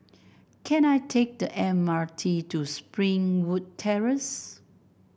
can I take the M R T to Springwood Terrace